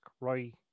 right